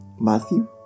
Matthew